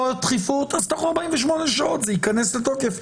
לא דחיפות, אז תוך 48 שעות זה ייכנס לתוקף.